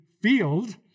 field